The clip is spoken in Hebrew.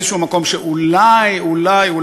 באיזה מקום,